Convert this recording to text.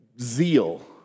zeal